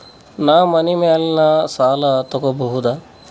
ನಾ ಮನಿ ಮ್ಯಾಲಿನ ಸಾಲ ತಗೋಬಹುದಾ?